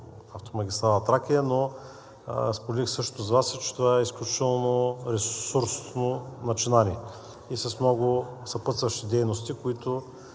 но споделих същото с Вас, че това е изключително ресурсно начинание и с много съпътстващи дейности, за които